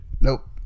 Nope